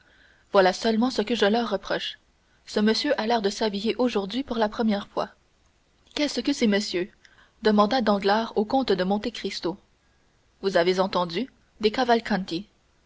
voilà justement ce que je leur reproche ce monsieur a l'air de s'habiller aujourd'hui pour la première fois qu'est-ce que ces messieurs demanda danglars au comte de monte cristo vous avez entendu des